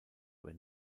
were